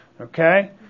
Okay